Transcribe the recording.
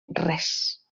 res